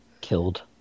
killed